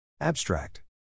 Abstract